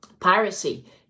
piracy